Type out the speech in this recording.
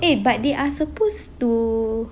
eh but they are supposed to